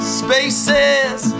spaces